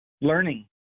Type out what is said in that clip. learning